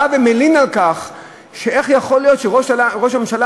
בא ומלין איך יכול להיות שראש ממשלה